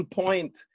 point